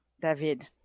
David